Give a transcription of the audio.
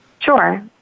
Sure